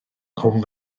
nghwm